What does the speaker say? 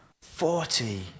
Forty